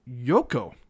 Yoko